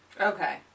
Okay